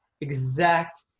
exact